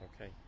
okay